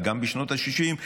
וגם בשנות השישים,